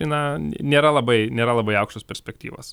na nėra labai nėra labai aukštos perspektyvos